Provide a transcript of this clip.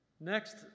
Next